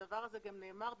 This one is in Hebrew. הדבר הזה גם נאמר במפורש,